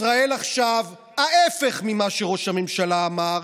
ישראל עכשיו ההפך ממה שראש הממשלה אמר,